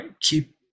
keep